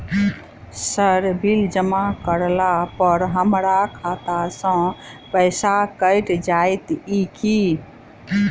Sir bill जमा करला पर हमरा खाता सऽ पैसा कैट जाइत ई की?